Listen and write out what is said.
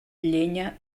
llenya